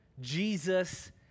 Jesus